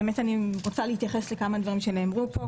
באמת אני רוצה להתייחס לכמה דברים שנאמרו פה.